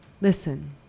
Listen